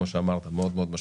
כמו שאמרת, מאוד מאוד משמעותית.